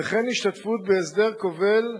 וכן השתתפות בהסדר כובל,